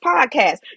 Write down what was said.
podcast